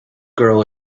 girl